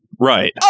Right